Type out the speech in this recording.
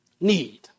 need